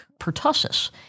pertussis